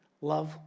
Love